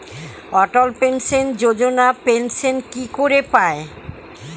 অটল pension Yojana pension কি করে পায়?